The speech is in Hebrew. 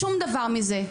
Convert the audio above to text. שום דבר מזה,